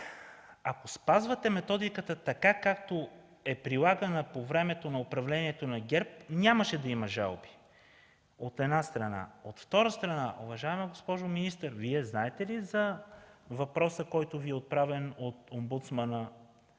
ако спазвате методиката, както е прилагана по времето на управлението на ГЕРБ, нямаше да има жалби, от една страна. От друга страна, уважаема госпожо министър, Вие знаете ли за въпроса, който Ви е отправен от Омбудсмана